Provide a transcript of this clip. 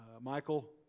Michael